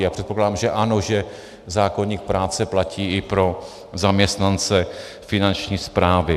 A předpokládám, že ano, že zákoník práce platí i pro zaměstnance Finanční správy.